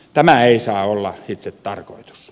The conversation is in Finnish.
tämä ei saa olla itsetarkoitus